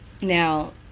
Now